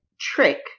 trick